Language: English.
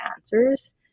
answers